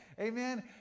Amen